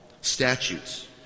statutes